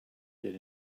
did